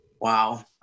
Wow